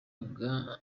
bwa